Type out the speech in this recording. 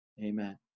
Amen